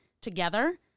together